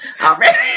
already